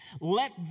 Let